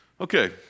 Okay